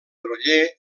groller